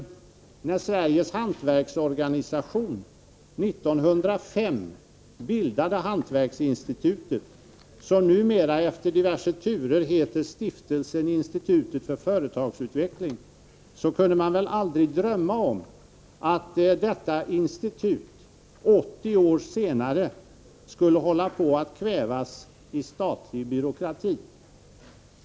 När Sveriges hantverksorganisation 1905 bildade Hantverksinstitutet, som numera efter diverse turer heter Stiftelsen Institutet för företagsutveckling, så kunde man väl aldrig drömma om att detta institut 80 år senare skulle hålla på att kvävas i statlig byråkrati.